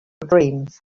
dreams